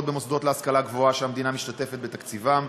במוסדות להשכלה גבוהה שהמדינה משתתפת בתקציבם,